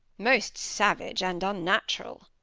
most savage and unnatural.